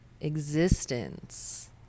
existence